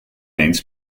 eens